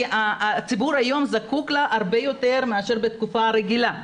הציבור היום זקוק לה הרבה יותר מאשר בתקופה רגילה,